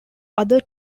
other